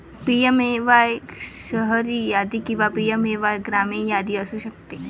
PMAY शहरी यादी किंवा पी.एम.ए.वाय ग्रामीण यादी असू शकते